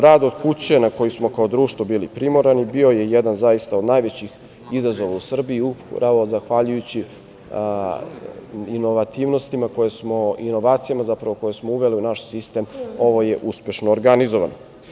Rad od kuće na koji smo kao društvo bili primorani, bio je jedan od zaista najvećih izazova u Srbiji, upravo zahvaljujući inovacijama koje smo uveli u naš sistem, je uspešno organizovan.